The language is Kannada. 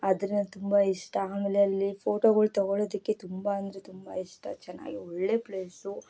ಅದ್ರದ್ದು ತುಂಬ ಇಷ್ಟ ಆಮೇಲೆ ಅಲ್ಲಿ ಫೋಟೋಗಳು ತಗೋಳ್ಳೊದಕ್ಕೆ ತುಂಬ ಅಂದರೆ ತುಂಬ ಇಷ್ಟ ಚೆನ್ನಾಗಿ ಒಳ್ಳೆಯ ಪ್ಲೇಸು